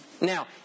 now